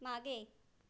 मागे